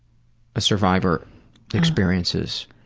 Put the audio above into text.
a survivor experiences.